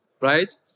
right